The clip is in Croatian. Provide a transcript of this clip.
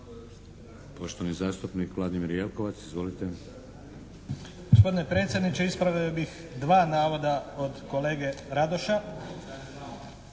Poštovani zastupnik Vladimir Jelkovac. Izvolite.